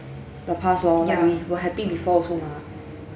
the past orh we were happy before also mah